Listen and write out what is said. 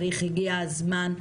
הגיע הזמן.